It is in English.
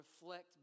reflect